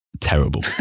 terrible